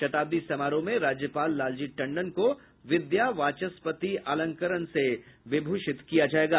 शताब्दी समारोह में राज्यपाल लालजी टंडन को विद्या वाचस्पति अलंकरण से विभूषित किया जायेगा